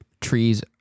trees